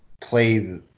play